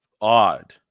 odd